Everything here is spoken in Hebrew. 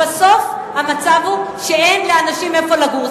ובסוף המצב הוא שלאנשים אין איפה לגור.